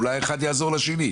אולי אחד יעזור לשני,